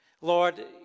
Lord